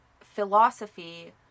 philosophy